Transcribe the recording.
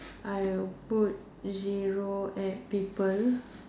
I will put zero at people